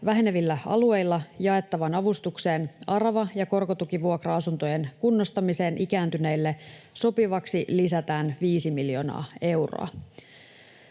vähenevillä alueilla jaettavaan avustukseen arava- ja korkotukivuokra-asuntojen kunnostamiseen ikääntyneille sopivaksi lisätään 5 miljoonaa euroa.